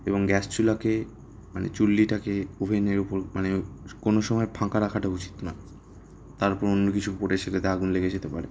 এবং গ্যাস চুলাকে মানে চুল্লিটাকে ওভেনের উপর মানে কোনো সময় ফাঁকা রাখাটা উচিত নয় তার উপরে অন্য কিছু পড়ে সেটাতে আগুন লেগে যেতে পারে